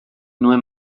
nuen